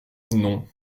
non